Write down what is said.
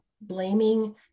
blaming